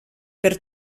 per